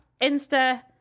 Insta